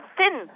thin